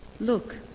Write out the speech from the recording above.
Look